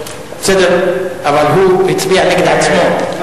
בסדר, אבל הוא הצביע נגד עצמו.